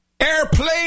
Airplane